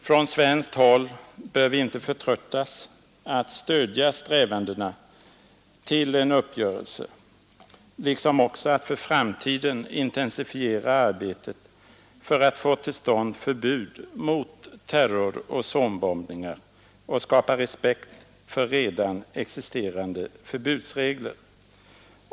Från svenskt håll bör vi inte förtröttas att stödja strävandena till en uppgörelse liksom också att i framtiden intensifiera arbetet för att få till stånd förbud mot terroroch zonbombningar och skapa respekt för redan existerande förbudsregler.